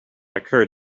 occurred